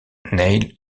neil